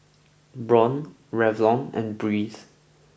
Braun Revlon and Breeze